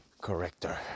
corrector